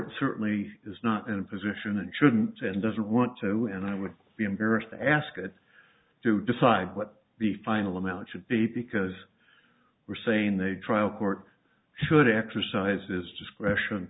court certainly is not in a position and shouldn't and doesn't want to and i would be embarrassed to ask it to decide what the final amount should be because we're saying they trial court should exercise is discretion